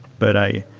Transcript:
but i